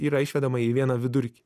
yra išvedama į vieną vidurkį